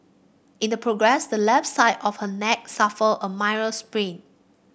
in the progress the left side of her neck suffered a minor sprain